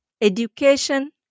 education